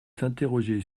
s’interroger